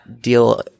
deal